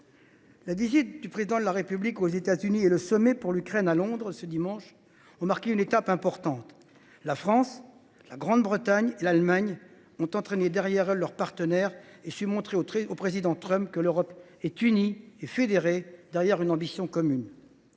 La visite du Président de la République aux États Unis et le sommet pour l’Ukraine qui s’est tenu dimanche dernier à Londres ont marqué une étape importante. La France, la Grande Bretagne et l’Allemagne ont entraîné leurs partenaires à leur suite et elles ont su montrer au président Trump que l’Europe est unie et fédérée derrière une ambition commune.